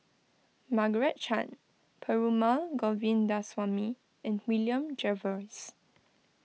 Margaret Chan Perumal Govindaswamy and William Jervois